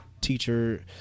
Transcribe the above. teacher